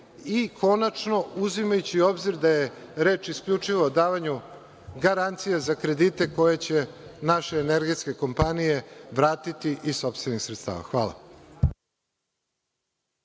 i, konačno, uzimajući u obzir da je reč isključivo o davanju garancija za kredite koje će naše energetske kompanije vratiti iz sopstvenih sredstava. Hvala.